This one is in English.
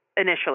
initially